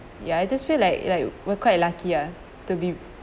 ya I just feel like like we're quite uh lucky ah to be